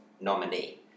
nominee